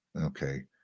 Okay